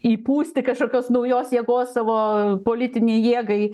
įpūsti kažkokios naujos jėgos savo politinei jėgai